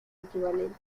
equivalente